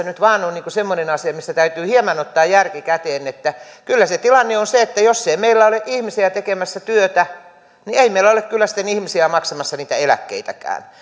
nyt vain on semmoinen asia että tässä kohdassa täytyy hieman ottaa järki käteen kyllä se tilanne on se että jos ei meillä ole ihmisiä tekemässä työtä niin ei meillä ole kyllä sitten ihmisiä maksamassa niitä eläkkeitäkään